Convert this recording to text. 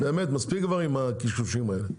מספיק כבר עם הקשקושים האלה.